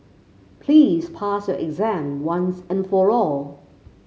please pass your exam once and for all